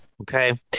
okay